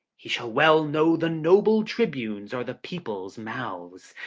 he shall well know the noble tribunes are the people's mouths,